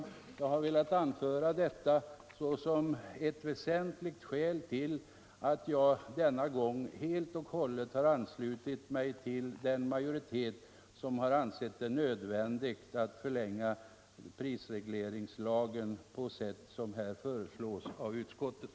Jag har velat anföra detta som ett väsentligt skäl till att jag denna gång helt och hållet har anslutit mig till den majoritet som har ansett det nödvändigt att förlänga prisregleringslagen på det sätt som här föreslås av utskottet.